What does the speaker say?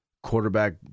quarterback